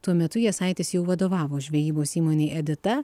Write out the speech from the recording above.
tuo metu jasaitis jau vadovavo žvejybos įmonei edita